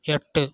எட்டு